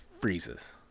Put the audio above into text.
freezes